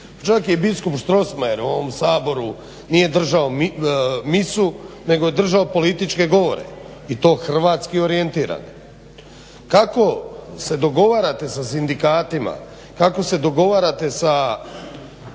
Čak i biskup Strossmayer u ovom Saboru nije držao misu nego je držao političke govore i to hrvatski orijentirane. Kako se dogovarate sa sindikatima, kako se dogovarate sa